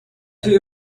توی